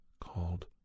called